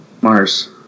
Mars